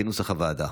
כנוסח הוועדה.